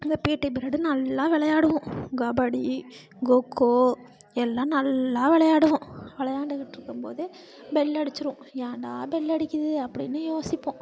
அந்த PT period நல்லா விளையாடுவோம் கபடி கொக்கோ எல்லாம் நல்லா விளையாடுவோம் விளையாண்டுக்கிட்டு இருக்கும் போதே பெல் அடிச்சுடும் ஏன்டா பெல் அடிக்குது அப்படின்னு யோசிப்போம்